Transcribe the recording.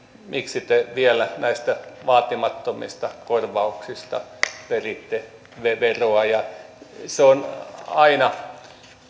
miksi te vielä näistä vaatimattomista korvauksista peritte veroa ja se on aina